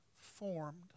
formed